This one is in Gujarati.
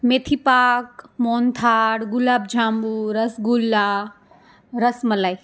મેથીપાક મોહનથાળ ગુલાબ જાંબુ રસ ગુલ્લા રસ મલાઈ